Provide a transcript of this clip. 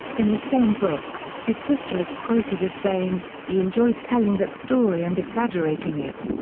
in the same book, his sister is quoted as saying, he enjoyed telling that story and exaggerating it.